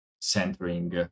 centering